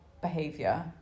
behavior